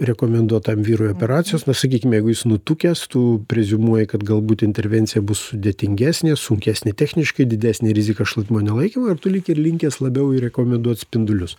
rekomenduot tam vyrui operacijos na sakykim jeigu jis nutukęs tu preziumuoji kad galbūt intervencija bus sudėtingesnė sunkesnė techniškai didesnė rizika šlapimo nelaikymui ir tu lyg ir linkęs labiau i rekomenduot spindulius